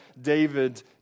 David